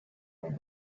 going